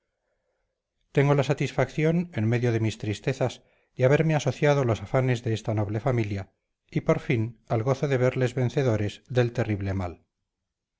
tengo la satisfacción en medio de mis tristezas de haberme asociado a los afanes de esta noble familia y por fin al gozo de verles vencedores del terrible mal